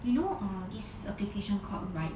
you know err this application called ride